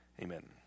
Amen